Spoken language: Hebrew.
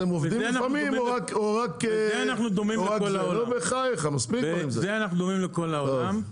אתם עובדים לפעמים או רק --- בזה אנחנו דומים לכל העולם,